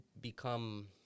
become